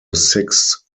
six